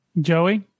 Joey